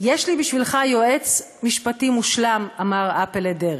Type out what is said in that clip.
'יש לי בשבילך יועץ משפטי מושלם', אמר אפל לדרעי.